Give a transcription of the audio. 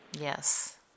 Yes